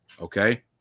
Okay